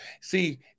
See